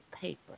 paper